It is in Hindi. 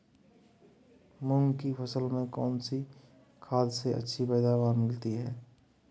मूंग की फसल में कौनसी खाद से अच्छी पैदावार मिलती है?